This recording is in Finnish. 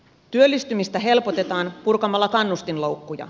työllistymistä helpotetaan purkamalla kannustinloukkuja